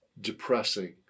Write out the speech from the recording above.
depressing